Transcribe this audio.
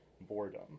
boredom